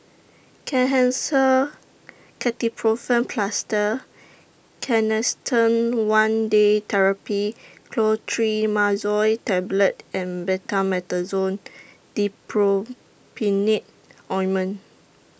Kenhancer Ketoprofen Plaster Canesten one Day Therapy Clotrimazole Tablet and Betamethasone Dipropionate Ointment